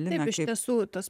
na pavyzdžiui esu tas